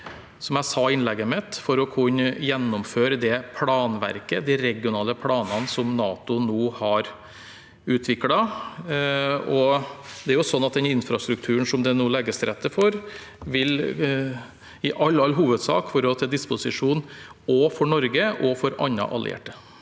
det godt til rette for å kunne gjennomføre det planverket, de regionale planene som NATO nå har utviklet. Den infrastrukturen som det nå legges til rette for, vil i all hovedsak være til disposisjon også for Norge og for andre allierte.